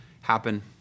happen